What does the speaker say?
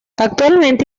actualmente